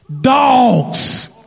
dogs